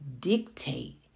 dictate